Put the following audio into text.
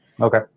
Okay